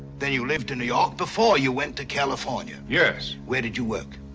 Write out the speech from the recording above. then you lived in new york before you went to california? yes. where did you work?